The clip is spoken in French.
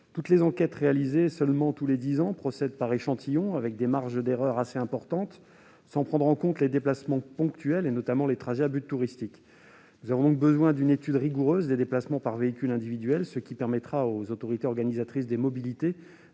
Les enquêtes, qui ont lieu seulement tous les dix ans, procèdent par échantillons, avec des marges d'erreur assez importantes, sans prendre en compte les déplacements ponctuels, notamment les trajets à but touristique. Nous avons besoin d'une étude rigoureuse des déplacements par véhicule individuel pour permettre aux autorités organisatrices de la mobilité